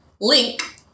Link